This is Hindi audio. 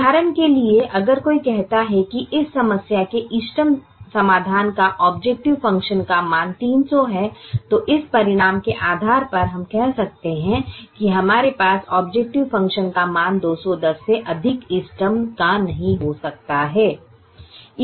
उदाहरण के लिए अगर कोई कहता है कि इस समस्या के इष्टतम समाधान का ऑबजेकटिव फ़ंक्शन का मान 300 है तो इस परिणाम के आधार पर हम यह कह सकते हैं कि हमारे पास ऑबजेकटिव फ़ंक्शन का मान 210 से अधिक इष्टतम का नहीं हो सकता है